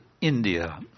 India